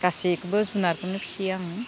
गासैखौबो जुनारखौनो फिसियो आं